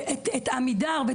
חוק